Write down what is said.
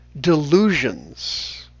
delusions